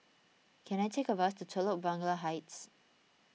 can I take a bus to Telok Blangah Heights